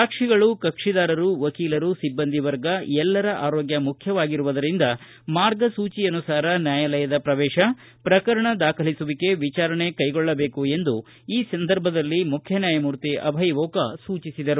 ಸಾಕ್ಷಿಗಳು ಕಕ್ಷಿದಾರರು ವಕೀಲರು ಸಿಬ್ಬಂದಿ ವರ್ಗ ಎಲ್ಲರ ಆರೋಗ್ಯ ಮುಖ್ತವಾಗಿರುವುದರಿಂದ ಮಾರ್ಗಸೂಚಿಯನುಸಾರ ನ್ತಾಯಾಲಯದ ಪ್ರವೇಶ ಪ್ರಕರಣ ದಾಖಲಿಸುವಿಕೆ ವಿಚಾರಣೆ ಕೈಗೊಳ್ಳಬೇಕು ಎಂದು ಈ ಸಂದರ್ಭದಲ್ಲಿ ಮುಖ್ಯ ನ್ನಾಯಮೂರ್ತಿ ಅಭಯ ಓಕಾ ಸೂಚಿಸಿದರು